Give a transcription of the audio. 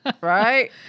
Right